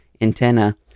antenna